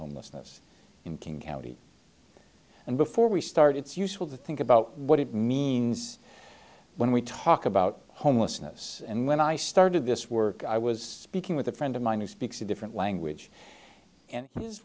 homelessness in king county and before we start it's useful to think about what it means when we talk about homelessness and when i started this work i was speaking with a friend of mine who speaks a different language and his